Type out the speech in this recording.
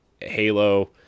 Halo